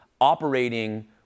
operating